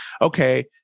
okay